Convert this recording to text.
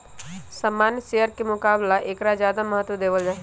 सामान्य शेयर के मुकाबला ऐकरा ज्यादा महत्व देवल जाहई